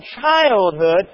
childhood